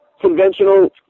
conventional